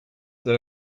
that